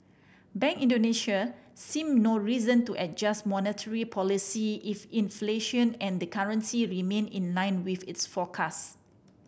Bank Indonesia seem no reason to adjust monetary policy if inflation and the currency remain in line with its forecast